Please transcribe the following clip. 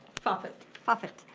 phaphat. phaphat,